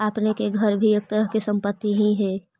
आपने के घर भी एक तरह के संपत्ति ही हेअ